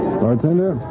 bartender